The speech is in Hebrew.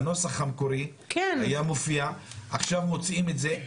בנוסח המקורי היה מופיע ועכשיו מוציאים את זה.